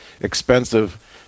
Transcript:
expensive